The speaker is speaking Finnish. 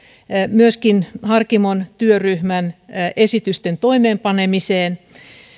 myöskin harkimon työryhmän esitysten toimeenpanemiseen